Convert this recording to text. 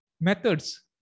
methods